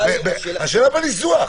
השאלה בניסוח.